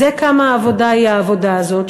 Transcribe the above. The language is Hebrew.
זה כמה עבודה היא העבודה הזאת,